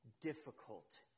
difficult